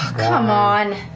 um on.